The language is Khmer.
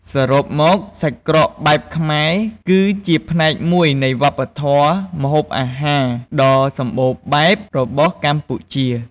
សរុបមក សាច់ក្រកបែបខ្មែរ គឺជាផ្នែកមួយនៃវប្បធម៌ម្ហូបអាហារដ៏សម្បូរបែបរបស់កម្ពុជា។